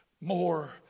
more